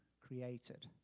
created